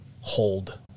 hold